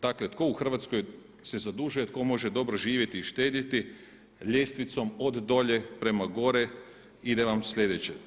Dakle, tko u Hrvatskoj se zadužuje, tko može dobro živjeti i štedjeti ljestvicom od dolje prema gore ide vam sljedeće.